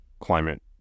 climate